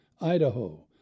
Idaho